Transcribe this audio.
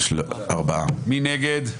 מי נגד?